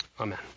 Amen